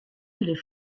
les